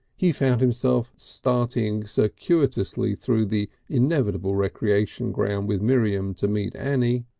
he found himself starting circuitously through the inevitable recreation ground with miriam to meet annie,